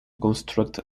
construct